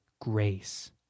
grace